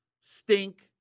stink